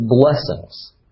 blessings